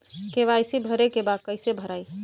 KYC भरे के बा कइसे भराई?